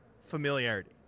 familiarity